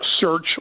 search